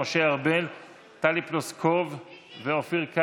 המקרקעין (תיקון מס'